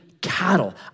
cattle